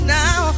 now